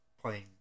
playing